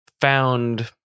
found